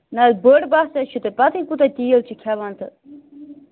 نہَ حظ بٔڈ بس ہَے چھِ تہٕ تۄہہِ پتہٕ ہَے کوٗتاہ تیٖل چھِ کھٮ۪وان تہٕ